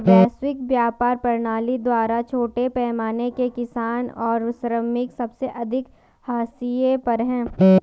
वैश्विक व्यापार प्रणाली द्वारा छोटे पैमाने के किसान और श्रमिक सबसे अधिक हाशिए पर हैं